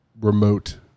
remote